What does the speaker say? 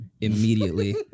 immediately